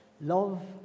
love